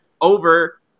over